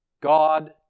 God